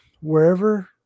wherever